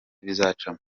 bizacamo